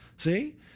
See